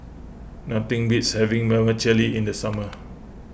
nothing beats having Vermicelli in the summer